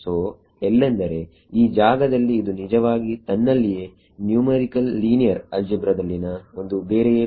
ಸೋಎಲ್ಲೆಂದರೆ ಈ ಜಾಗದಲ್ಲಿ ಇದು ನಿಜವಾಗಿ ತನ್ನಲ್ಲಿಯೇ ನ್ಯುಮರಿಕಲ್ ಲೀನಿಯರ್ ಅಲ್ಜಿಬ್ರದಲ್ಲಿನ ಒಂದು ಬೇರೆಯೇ ಕೋರ್ಸ್